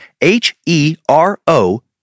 H-E-R-O